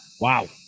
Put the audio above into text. Wow